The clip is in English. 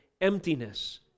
emptiness